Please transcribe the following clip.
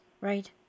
right